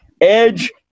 Edge